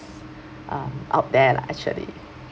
um out there lah actually